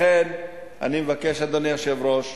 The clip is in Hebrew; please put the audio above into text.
לכן, אני מבקש, אדוני היושב-ראש,